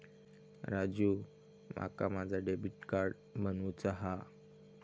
राजू, माका माझा debit card बनवूचा हा